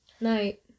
night